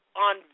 on